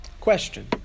Question